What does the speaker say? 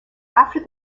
after